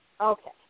Okay